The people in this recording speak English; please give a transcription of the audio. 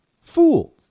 fooled